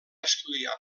estudiar